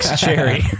cherry